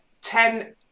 Ten